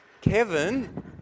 Kevin